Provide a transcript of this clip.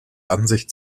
ansicht